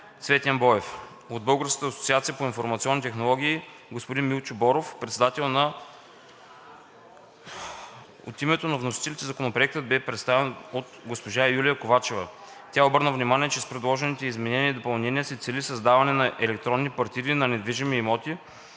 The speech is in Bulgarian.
Цветен Боев; - от Българската асоциация по информационни технологии – господин Милчо Боров, председател на КС. От името на вносителите Законопроектът бе представен от госпожа Юлия Ковачева. Тя обърна внимание, че с предложените изменения и допълнения се цели създаване на електронни партиди на недвижимите имоти